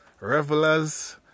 revelers